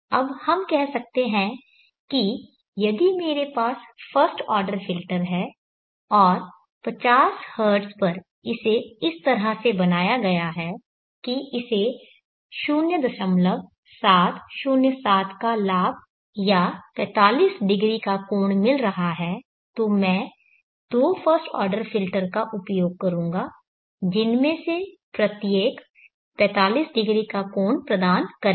अब हम कह सकते हैं कि यदि मेरे पास यह फर्स्ट ऑर्डर फ़िल्टर है और 50Hz पर इसे इस तरह से बनाया गया है कि इसे 0707 का लाभ या 45° का कोण मिल रहा है तो मैं दो फर्स्ट ऑर्डर फ़िल्टर का उपयोग करूंगा जिनमें से प्रत्येक 45° का कोण प्रदान करेगा